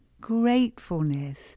gratefulness